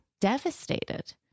devastated